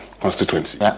constituency